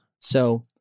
So-